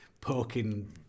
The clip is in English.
poking